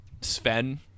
Sven